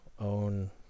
own